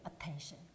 attention